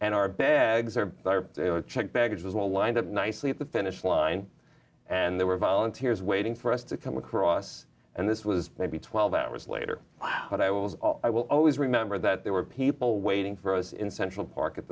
and our bags are checked baggage was all lined up nicely at the finish line and there were volunteers waiting for us to come across and this was maybe twelve hours later wow but i was i will always remember that there were people waiting for us in central park at